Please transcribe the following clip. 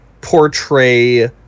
portray